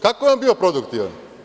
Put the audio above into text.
Kako je on bio produktivan?